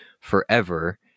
forever